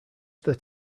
that